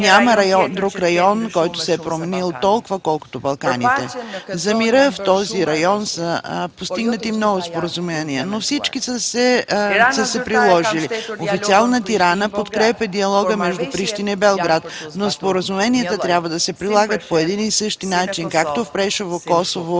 Няма друг район, който се е променил толкова, колкото Балканите. За мира в този район са постигнати много споразумения, но не всички са се приложили. Официална Тирана подкрепя диалога между Прищина и Белград. Но споразуменията трябва да се прилагат по един и същи начин, както в Прешево, Косово